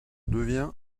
devient